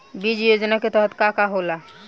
बीज योजना के तहत का का होला?